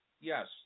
Yes